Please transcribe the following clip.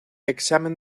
examen